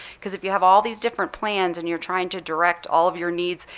because if you have all these different plans and you're trying to direct all of your needs,